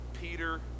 Peter